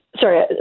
sorry